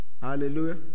Hallelujah